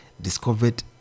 discovered